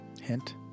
Hint